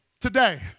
Today